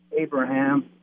Abraham